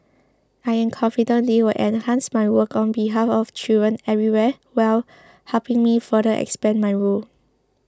I am confident they will enhance my work on behalf of children everywhere while helping me further expand my role